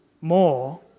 more